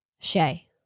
Shay